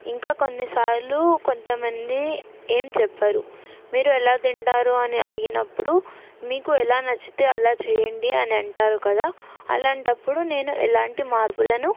ఇంకా కొన్నిసార్లు కొంతమంది ఏం చెప్పరు మీరు ఎలా తింటారు అని అడిగినప్పుడు మీకు ఎలా నచ్చితే అలా చెయ్యండి అని అంటారు కదా అలాంటప్పుడు నేను ఎలాంటి మార్పులను